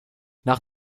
nach